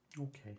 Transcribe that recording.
Okay